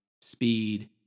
speed